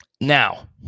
Now